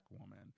woman